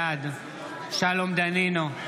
בעד שלום דנינו,